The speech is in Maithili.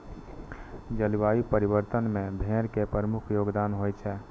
जलवायु परिवर्तन मे भेड़ के प्रमुख योगदान होइ छै